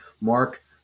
Mark